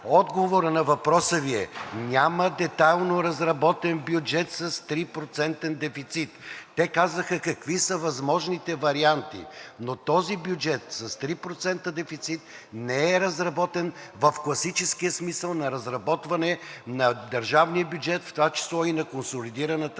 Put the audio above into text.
отговорът на въпроса Ви е: няма детайлно разработен бюджет с 3-процентен дефицит! Те казаха какви са възможните варианти, но този бюджет с 3% дефицит не е разработен в класическия смисъл на разработване на държавния бюджет, в това число и на консолидираната